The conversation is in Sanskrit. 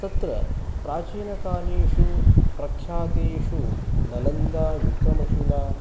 तत्र प्राचीनकालेषु प्रख्यातेषु नालन्दा विक्रमशिला